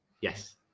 Yes